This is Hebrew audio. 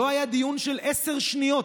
ולא היה דיון של עשר שניות